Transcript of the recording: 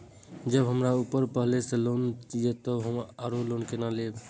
जब हमरा ऊपर पहले से लोन ये तब हम आरो लोन केना लैब?